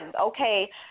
Okay